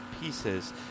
pieces